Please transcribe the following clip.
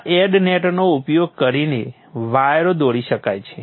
આ એડ નેટનો ઉપયોગ કરીને વાયરો દોરી શકાય છે